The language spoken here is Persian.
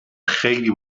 خیلی